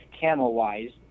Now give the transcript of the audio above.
Camel-wise